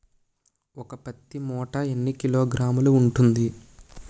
ఒక పత్తి మూట ఎన్ని కిలోగ్రాములు ఉంటుంది?